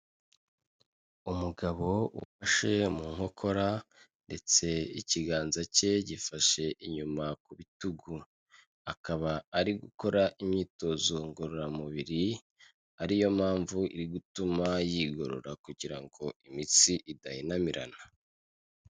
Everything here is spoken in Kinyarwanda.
Umugabo ufashe mu nkokora ndetse ikiganza cye gifashe inyuma ku bitugu, akaba ari gukora imyitozo ngororamubiri ari yo mpamvu iri gutuma yigorora kugira ngo imitsi idahinamirana.